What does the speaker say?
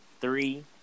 three